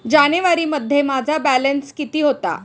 जानेवारीमध्ये माझा बॅलन्स किती होता?